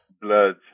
blood